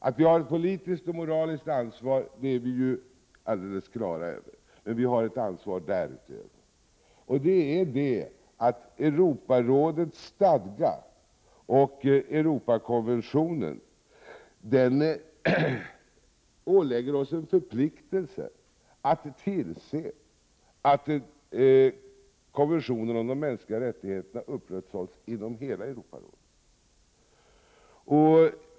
Att vi har ett politiskt och moraliskt ansvar är vi helt klara över, men vi har ett ansvar därutöver, och det gäller att Europarådets stadgar och Europakonventionen ålägger oss en förpliktelse att tillse att konventionen om de mänskliga rättigheterna upprätthålls inom hela Europa.